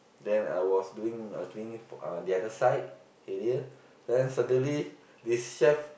then I was doing uh cleaning uh the other side area then suddenly this chef